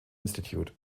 institute